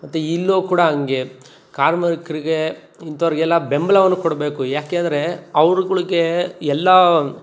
ಮತ್ತು ಇಲ್ಲೂ ಕೂಡ ಹಂಗೆ ಕಾರ್ಮಿಕರಿಗೆ ಇಂಥವರ್ಗೆಲ್ಲ ಬೆಂಬಲವನ್ನು ಕೊಡಬೇಕು ಯಾಕೆಂದರೆ ಅವ್ರುಗಳಿಗೆ ಎಲ್ಲ